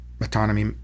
Autonomy